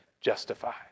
justified